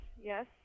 yes